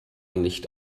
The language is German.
nicht